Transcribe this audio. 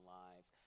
lives